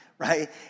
right